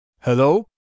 Hello